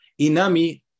Inami